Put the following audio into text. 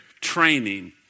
training